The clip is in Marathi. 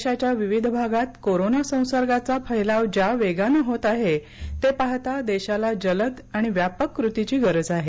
देशाच्या विविध भागात कोरोना संसर्गाचा फैलाव ज्या वेगानं होत आहे ते पाहता देशाला जलद आणि व्यापक कृतीची गरज आहे